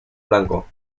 blanco